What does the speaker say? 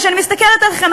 שאני מסתכלת עליכם,